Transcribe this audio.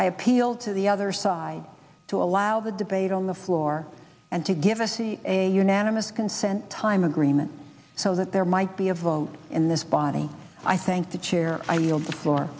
i appeal to the other side to allow the they'd on the floor and to give us a unanimous consent time agreement that there might be a vote in this body i thank the chair for